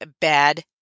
bad